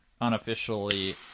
unofficially